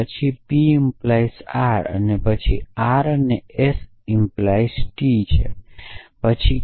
પછી P 🡪 R પછી R અને એસ 🡪 ટી છે પછી અહી